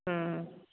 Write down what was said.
हँ